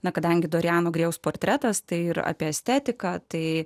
na kadangi dorijano grėjaus portretas tai apie estetiką tai